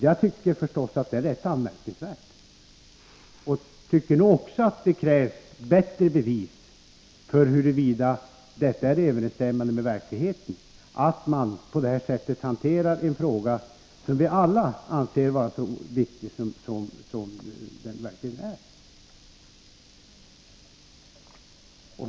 Jag tycker förstås att den är rätt anmärkningsvärd och att det krävs bättre bevis för att den är överensstämmande med verkligheten. Det är anmärkningsvärt att man hanterar en fråga som vi alla anser vara så viktig på detta sätt.